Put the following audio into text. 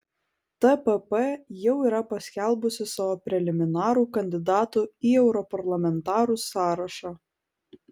tpp jau yra paskelbusi savo preliminarų kandidatų į europarlamentarus sąrašą